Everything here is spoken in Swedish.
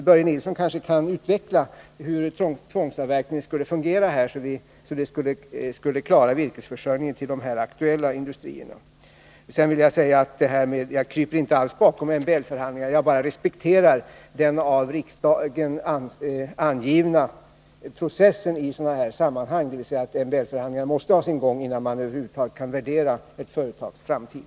Börje Nilsson kanske kan utveckla hur tvångsavverkningen skulle fungera för att klara virkesförsörjningen till de här aktuella industrierna. Jag kryper inte alls bakom MBL-förhandlingarna. Jag bara respekterar den av riksdagen angivna processen i sådana här sammanhang, dvs. att MBL-förhandlingarna måste ha sin gång innan man över huvud taget kan värdera ett företags framtid.